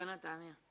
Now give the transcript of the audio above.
ונתניה.